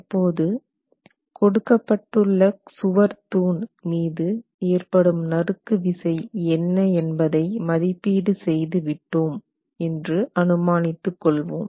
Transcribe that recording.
தற்போது கொடுக்கப்பட்டுள்ள சுவர் தூண் மீது ஏற்படும் நறுக்கு விசை என்ன என்பதை மதிப்பீடு செய்து விட்டோம் என்று அனுமானித்து கொள்வோம்